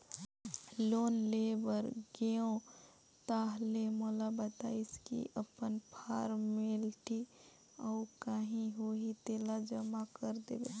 loan ले बर गेंव ताहले मोला बताइस की अपन फारमेलटी अउ काही होही तेला जमा कर देबे